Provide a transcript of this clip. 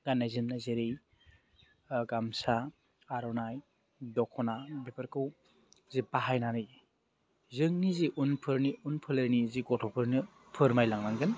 गाननाय जोमनाय जेरै गामसा आर'नाइ दख'ना बेफोरखौ जे बाहायनानै जोंनि जे उनफोरनि उन फोलेरनि जि गथ'फोरनो फोरमायलांनांगोन